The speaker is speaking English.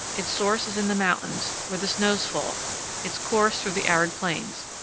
its source is in the mountains, where the snows fall its course, through the arid plains.